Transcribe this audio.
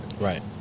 right